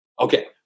okay